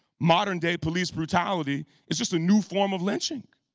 modern day police brutality is just a new form of lynching.